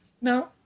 No